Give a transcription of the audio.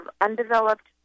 undeveloped